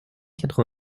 quatre